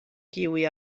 kiuj